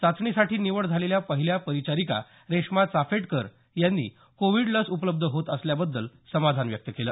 चाचणीसाठी निवड झालेल्या पहिल्या परिचारिका रेश्मा चाफेटकर यांनी कोविड लस उपलब्ध होत असल्याबद्दल समाधान व्यक्त केलं